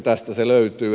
tästä se löytyy